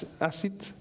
acid